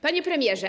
Panie Premierze!